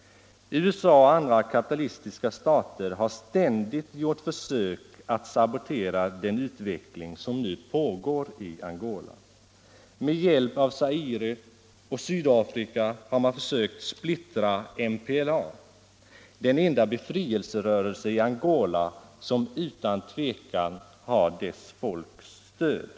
USA och andra kapitalistiska stater har ständigt gjort försök att sabotera den utveckling som nu pågår i Angola. Med hjälp av Zaire och Sydafrika har man försökt splittra MPLA, den enda befrielserörelse i Angola som utan tvivel har folkets stöd.